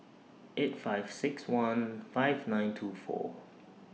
eight five six one five nine two four